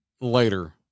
later